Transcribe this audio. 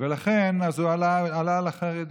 ולכן הוא עלה על החרדים.